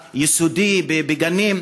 יסודיים, בגנים,